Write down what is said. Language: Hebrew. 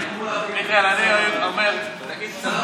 מיכאל, אני אומר, תגיד שאתה,